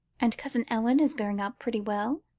and cousin ellen is bearing up pretty well?